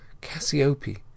Cassiope